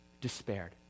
despaired